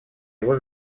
его